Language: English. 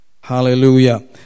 hallelujah